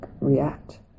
react